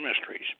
mysteries